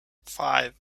five